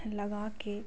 लगा के